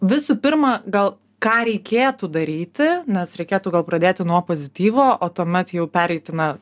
visų pirma gal ką reikėtų daryti nes reikėtų gal pradėti nuo pozityvo o tuomet jau pereiti na